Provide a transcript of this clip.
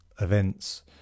events